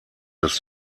das